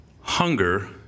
Hunger